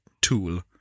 tool